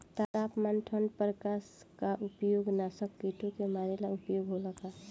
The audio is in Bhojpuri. तापमान ठण्ड प्रकास का उपयोग नाशक कीटो के मारे ला उपयोग होला का?